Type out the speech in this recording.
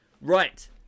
right